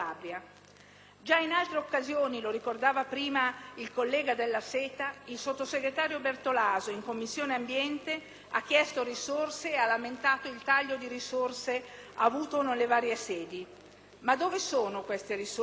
Già in altre occasioni - lo ricordava prima il collega Della Seta - il sottosegretario Bertolaso, in Commissione ambiente, ha chiesto risorse e lamentato il taglio di risorse avvenuto nelle varie sedi. Ma dove sono queste risorse?